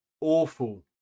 awful